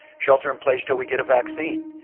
shelter in place til we get a vaccine.